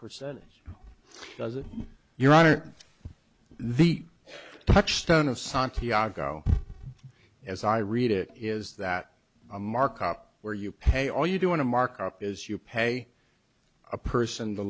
percentage doesn't your honor the touchstone of santiago as i read it is that a markup where you pay all you do in a markup is you pay a person t